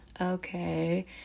Okay